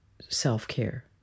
self-care